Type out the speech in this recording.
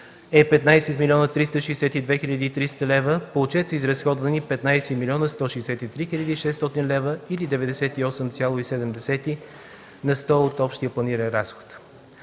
е 15 млн. 362 хил. и 300 лева. По отчет са изразходвани 15 млн. 163 хил. и 600 лева или 98,7 на сто от общия планиран разход.